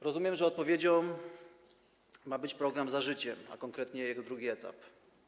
Rozumiem, że odpowiedzią ma być program „Za życiem”, konkretnie - jego drugi etap.